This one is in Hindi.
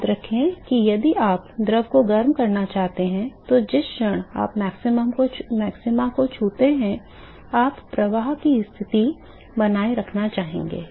याद रखें कि यदि आप द्रव को गर्म करना चाहते हैं तो जिस क्षण आप मैक्सिमा को छूते हैं आप प्रवाह की स्थिति बनाए रखना चाहेंगे